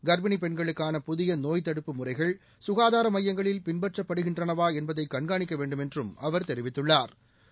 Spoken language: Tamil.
கள்ப்பிணி பெண்களுக்கான புதிய நோய்த்தடுப்பு முறைகள் சுகாதார மையங்களில் பின்பற்றப்படுகின்றனவா என்பதை கண்காணிக்க வேண்டும் என்று அவா் தெரிவித்துள்ளாா்